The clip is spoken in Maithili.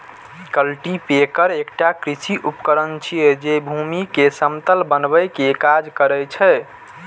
कल्टीपैकर एकटा कृषि उपकरण छियै, जे भूमि कें समतल बनबै के काज करै छै